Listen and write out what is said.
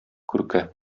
күрке